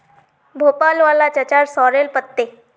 भोपाल वाला चाचार सॉरेल पत्ते